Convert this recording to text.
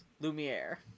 Lumiere